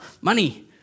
money